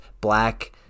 black